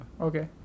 Okay